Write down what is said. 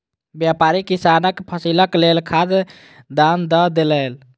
व्यापारी किसानक फसीलक लेल खाद दान दअ देलैन